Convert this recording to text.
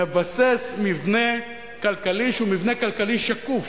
נבסס מבנה כלכלי שהוא מבנה כלכלי שקוף,